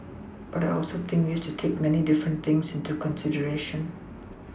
but I also think we have to take many different things into consideration